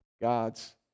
God's